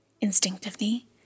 Instinctively